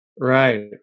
right